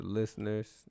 listeners